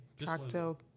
Cocktail